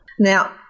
Now